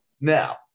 Now